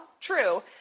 true